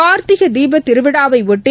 கார்த்திகை தீபத் திருவிழாவையொட்டி